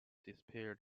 disappears